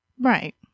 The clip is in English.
Right